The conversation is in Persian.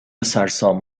سرسام